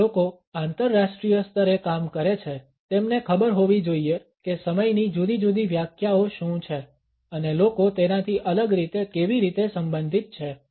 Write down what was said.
જે લોકો આંતરરાષ્ટ્રીય સ્તરે કામ કરે છે તેમને ખબર હોવી જોઇએ કે સમયની જુદી જુદી વ્યાખ્યાઓ શું છે અને લોકો તેનાથી અલગ રીતે કેવી રીતે સંબંધિત છે